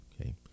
Okay